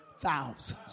thousands